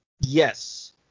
Yes